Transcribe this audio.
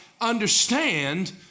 understand